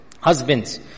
Husbands